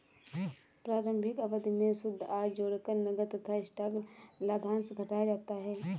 प्रारंभिक अवधि में शुद्ध आय जोड़कर नकद तथा स्टॉक लाभांश घटाया जाता है